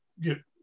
get